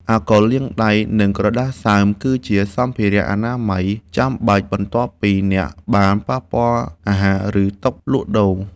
អាកុលលាងដៃ និងក្រដាសសើម គឺជាសម្ភារៈអនាម័យចាំបាច់បន្ទាប់ពីអ្នកបានប៉ះពាល់អាហារ ឬតុលក់ដូរ។